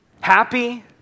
Happy